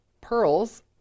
pearls